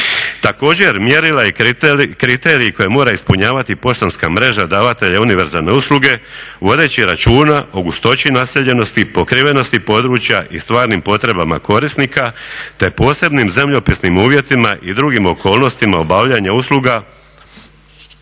Također, mjerila i kriteriji koje mora ispunjavati poštanska mreža davatelja univerzalne usluge vodeći računa o gustoći naseljenosti i pokrivenosti područja i stvarnim potrebama korisnika te posebnim zemljopisnim uvjetima i drugim okolnostima obavljanja usluga